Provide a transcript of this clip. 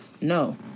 No